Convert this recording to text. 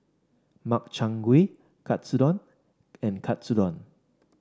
Makchang Gui Katsudon and Katsudon